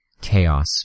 Chaos